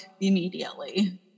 immediately